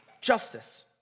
justice